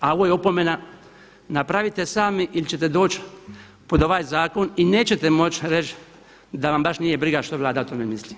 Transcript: A ovo je opomena, napravite sami ili ćete doći pod ovaj zakon i nećete moći reći da vas baš nije briga što Vlada o tome misli.